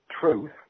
truth